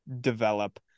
develop